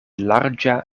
larĝa